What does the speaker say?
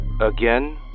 Again